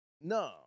No